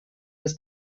bis